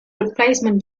replacement